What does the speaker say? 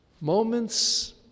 moments